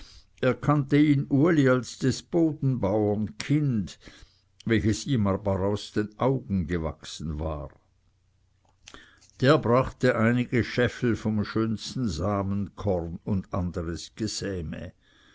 erkannte ihn uli als des bodenbauern kind welches ihm aber aus den augen gewachsen war der brachte einige scheffel vom schönsten samenkorn und anderes